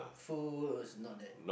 food also not that